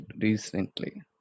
recently